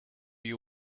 you